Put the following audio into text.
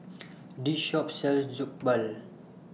This Shop sells Jokbal